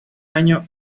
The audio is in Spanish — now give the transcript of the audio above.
año